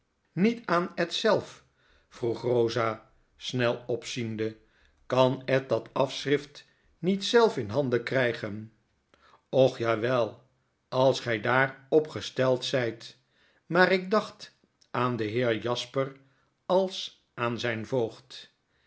met aan ed zelf vroeg rosa snel opziende kan ed dat afschrift niet zelfinhanden krijgen och jawel als gij daar op gesteld zyt maar ik dacht aan den heer jasper als aan zgn